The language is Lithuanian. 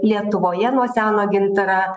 lietuvoje nuo seno gintarą